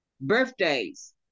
Birthdays